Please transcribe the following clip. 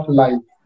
life